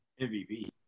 MVP